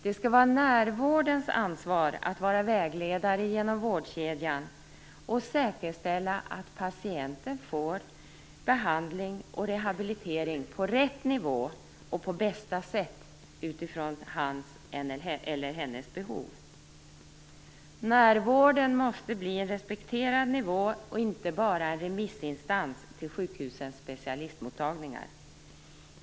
Det skall vara närvårdens ansvar att vara vägledare genom vårdkedjan och att säkerställa att patienten får behandling och rehabilitering på rätt nivå och på bästa sätt utifrån hans eller hennes behov. Närvården måste bli en respekterad nivå, inte bara en remissinstans till sjukhusens specialistmottagningar.